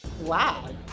Wow